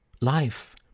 life